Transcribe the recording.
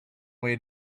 way